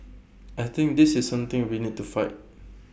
I think this is something we need to fight